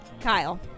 Kyle